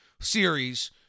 series